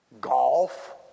golf